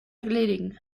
erledigen